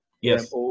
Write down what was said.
Yes